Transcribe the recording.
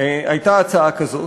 הייתה הצעה כזאת.